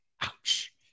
Ouch